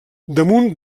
damunt